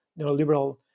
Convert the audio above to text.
neoliberal